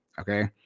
Okay